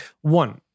One